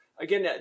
again